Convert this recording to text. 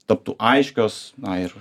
taptų aiškios na ir